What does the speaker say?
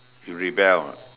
you rebel